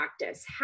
practice